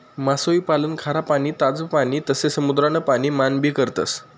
मासोई पालन खारा पाणी, ताज पाणी तसे समुद्रान पाणी मान भी करतस